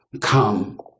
Come